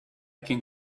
can